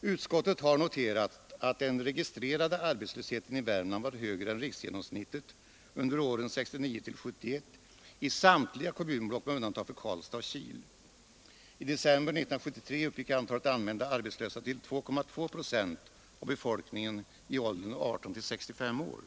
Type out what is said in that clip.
Utskottet har noterat att den registrerade arbetslösheten i Värmland var högre än riksgenomsnittet under åren 1969-1971 i samtliga kommunblock med undantag för Karlstad och Kil. I december 1973 uppgick andelen anmälda arbetslösa till 2,2 procent av befolkningen i åldern 18—65 år.